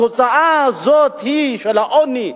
התוצאה הזאת של העוני,